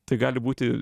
tai gali būti